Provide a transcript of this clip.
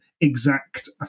exact